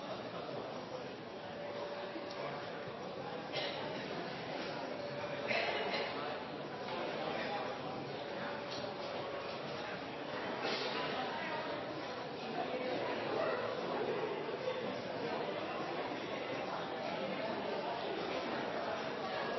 hadde ikke